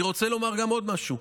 אני רוצה לומר עוד משהו: